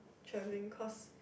changing course